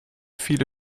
viele